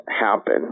happen